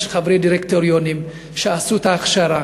יש חברי דירקטוריונים שעשו את ההכשרה.